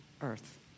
earth